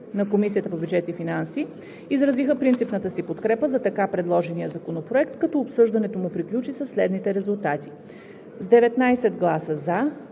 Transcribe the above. на Комисията по бюджет и финанси изразиха принципната си подкрепа за така предложения законопроект, като обсъждането му приключи със следните резултати: С 19 гласа „за“,